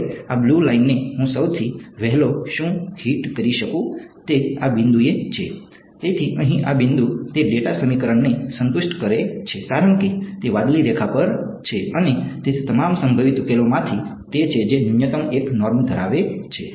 હવે આ બ્લુ લાઇનને હું સૌથી વહેલો શું હિટ કરી શકું તે આ બિંદુએ છે તેથી અહીં આ બિંદુ તે ડેટા સમીકરણને સંતુષ્ટ કરે છે કારણ કે તે વાદળી રેખા પર છે અને તે તમામ સંભવિત ઉકેલોમાંથી તે છે જે ન્યૂનતમ 1 નોર્મ ધરાવે છે